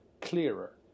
clearer